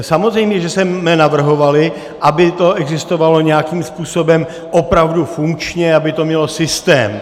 Samozřejmě že jsme navrhovali, aby to existovalo nějakým způsobem opravdu funkčně, aby to mělo systém.